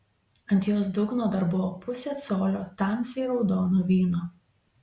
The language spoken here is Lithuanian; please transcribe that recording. ant jos dugno dar buvo pusė colio tamsiai raudono vyno